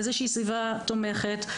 איזושהי סביבה תומכת,